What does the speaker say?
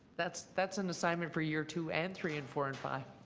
that's that's an assignment for year two and three and four and five.